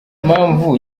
mpamvu